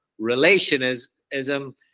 Relationism